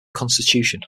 constitution